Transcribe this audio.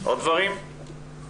עוד דברים?